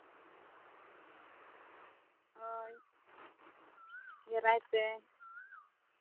ᱦᱳᱭ ᱜᱷᱮᱨᱟᱭ ᱯᱮ